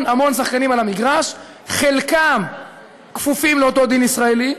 המון שחקנים על המגרש חלקם כפופים לאותו דין ישראלי,